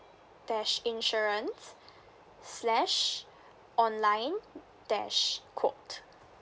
dash insurance slash online dash quote